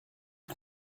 que